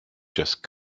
just